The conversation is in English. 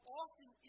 often